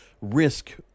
risk